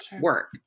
work